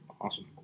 Awesome